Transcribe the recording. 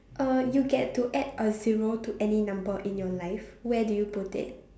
uh you get to add a zero to any number in your life where do you put it